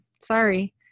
Sorry